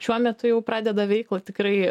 šiuo metu jau pradeda veiklą tikrai